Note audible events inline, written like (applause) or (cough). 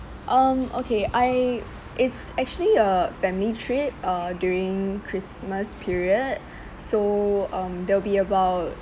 um okay I is actually a family trip uh during christmas period (breath) so um there will be about